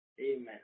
amen